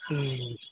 हँ